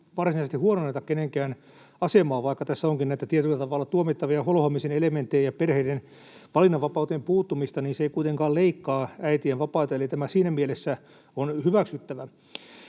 varsinaisesti huononneta kenenkään asemaa. Vaikka tässä onkin näitä tietyllä tavalla tuomittavia holhoamisen elementtejä ja perheiden valinnanvapauteen puuttumista, niin se ei kuitenkaan leikkaa äitien vapaata, eli tämä siinä mielessä on hyväksyttävä.